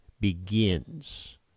begins